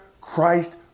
Christ